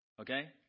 okay